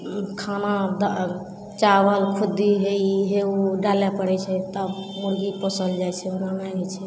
ओ खाना दहऽ अँ चावल खुद्दी हे ई हे ओ डालै पड़ै छै तब मुरगी पोसल जाइ छै ओना नहि होइ छै गे